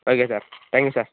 okay sir thank you sir